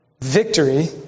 Victory